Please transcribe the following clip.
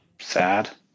Sad